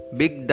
big